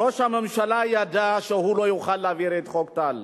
ראש הממשלה ידע שהוא לא יוכל להעביר את חוק טל.